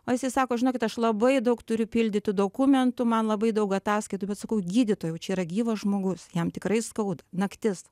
o jisai sako žinokit aš labai daug turiu pildyti dokumentų man labai daug ataskaitų bet sakau gydytojau čia yra gyvas žmogus jam tikrai skauda naktis